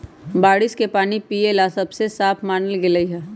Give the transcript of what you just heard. बारिश के पानी पिये ला सबसे साफ मानल गेलई ह